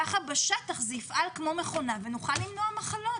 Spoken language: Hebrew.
ככה בשטח זה יפעל כמו מכונה ונוכל למנוע מחלות,